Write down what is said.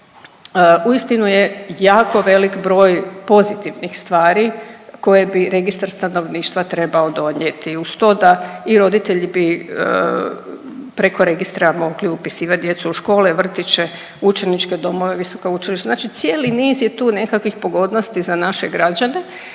uistinu je jako velik broj pozitivnih stvari koje bi Registar stanovništva trebao donijeti uz to da i roditelji bi preko registra mogli upisivat djecu u škole, vrtiće, učeničke domove, visoka učilišta, znači cijeli niz je tu nekakvih pogodnosti za naše građane,